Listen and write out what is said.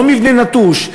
לא מבנה נטוש,